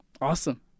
awesome